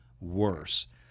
worse